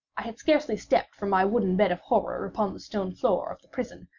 i had scarcely stepped from my wooden bed of horror upon the stone floor of the prison,